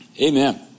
Amen